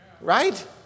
right